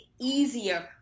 easier